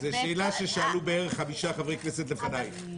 זו שאלה ששאלו בערך חמישה חברי כנסת לפניך.